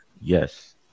Yes